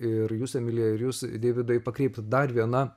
ir jūs emilija ir jūs deividai pakreipt dar viena